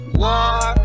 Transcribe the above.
war